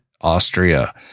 Austria